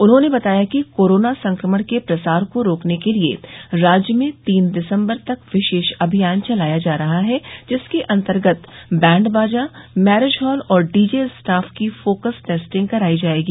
उन्होंने बताया कि कोरोना संक्रमण के प्रसार को रोकने के लिये राज्य में तीन दिसम्बर तक विशेष अभियान चलाया जा रहा है जिसके अन्तर्गत बैंड बाजा मैरिज हाल और डीजे स्टाफ की फोकस टेस्टिंग कराई जायेगी